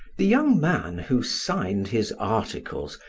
the young man, who signed his articles,